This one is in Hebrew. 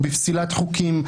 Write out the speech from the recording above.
בפסילת חוקים,